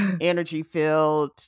energy-filled